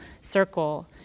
circle